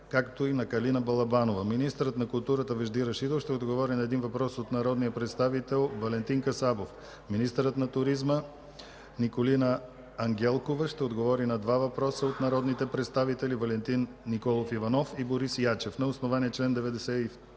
както и на Калина Балабанова. Министърът на културата Вежди Рашидов ще отговори на един въпрос от народния представител Валентин Касабов. Министърът на туризма Николина Ангелкова ще отговори на два въпроса от народните представители Валентин Николов Иванов и Борис Ячев. На основание чл. 92,